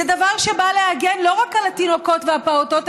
זה דבר שבא להגן לא רק על התינוקות והפעוטות,